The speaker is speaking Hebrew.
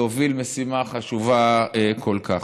להוביל משימה חשובה כל כך.